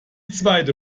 zweite